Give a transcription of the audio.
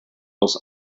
aus